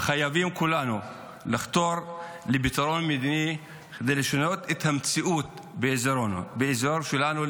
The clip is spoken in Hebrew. וכולנו חייבים לחתור לפתרון מדיני כדי לשנות את המציאות באזור שלנו.